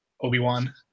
Obi-Wan